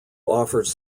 offers